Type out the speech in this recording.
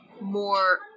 more